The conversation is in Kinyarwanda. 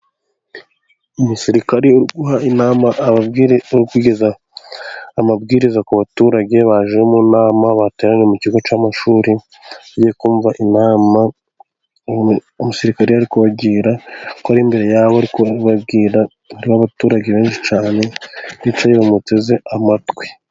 Umusirikare uri guha inama , uri kugeza amabwiriza ku baturage baje mu nama bateraniye mu kigo cy'amashuri bagiye kumva inama umusirikare ari kubagira. Umusirikari ari imbere yabo kubabwira n'abaturage benshi cyane bicaye bamuteze amatwi.